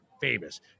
famous